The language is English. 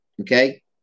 Okay